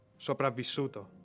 sopravvissuto